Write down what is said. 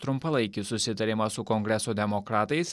trumpalaikį susitarimą su kongreso demokratais